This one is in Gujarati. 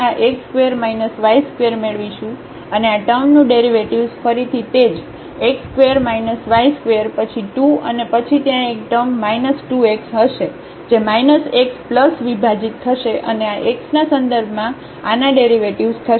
તેથી આપણે આ x ² y ² મેળવીશું અને આ ટર્મનું ડેરિવેટિવ્ઝ ફરીથી તે જ x ² y ² પછી 2 અને પછી ત્યાં એક ટર્મ 2 x હશે જે x વિભાજિત થશે અને x ના સંદર્ભમાં આનાડેરિવેટિવ્ઝ થશે